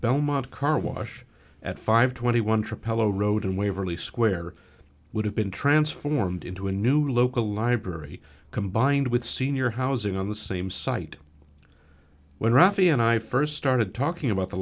belmont car wash at five twenty one trip hello road and waverly square would have been transformed into a new local library combined with senior housing on the same site when rafi and i first started talking about the